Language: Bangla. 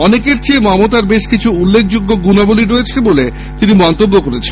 অনেকের চেয়ে মমতার বেশকিছু উল্লেখযোগ্য গুণ রয়েছে বলে তিনি মন্তব্য করেন